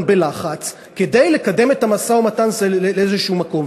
בלחץ כדי לקדם את המשא-ומתן לאיזה מקום.